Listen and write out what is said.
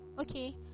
okay